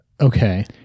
Okay